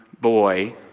boy